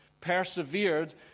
persevered